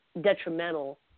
detrimental